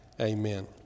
Amen